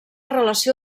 relació